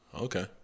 okay